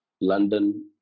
london